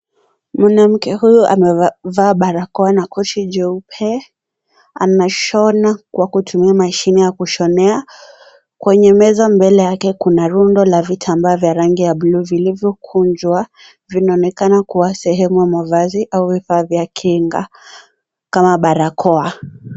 Mwanamke huyu amevaa barakoa koti jeupe. Anashona kwa kutumia mashine ya kushonea. Kwenye meza mbele yake kuna rundo la vitambaa vya rangi ya bluu vilivyokunjwa. Vinaonekana kuwa sehemu ya mavazi au vifaa vya kinga kama barakoa.